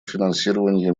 финансированию